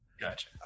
Gotcha